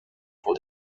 pour